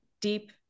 deep